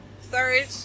Third